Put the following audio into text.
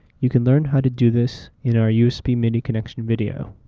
you can learn how to do this in our usb-midi connection video.